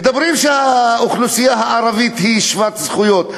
אומרים שהאוכלוסייה הערבית היא שוות זכויות.